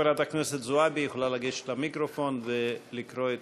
חברת הכנסת זועבי יכולה לגשת למיקרופון ולקרוא את